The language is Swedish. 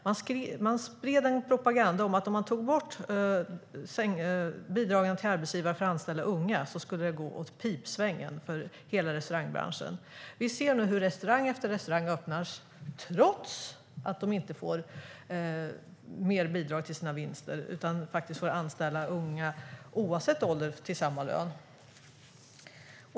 Man spred en propaganda om att ifall bidragen till arbetsgivare för att anställa unga togs bort skulle det gå åt pipsvängen för hela restaurangbranschen. Nu ser vi hur restaurang efter restaurang öppnas trots att de inte får mer bidrag till sina vinster utan får anställa unga, oavsett ålder, till samma lön.